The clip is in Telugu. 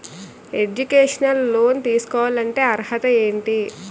ఎడ్యుకేషనల్ లోన్ తీసుకోవాలంటే అర్హత ఏంటి?